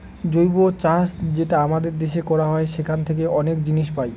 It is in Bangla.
জৈব চাষ যেটা আমাদের দেশে করা হয় সেখান থাকে অনেক জিনিস পাই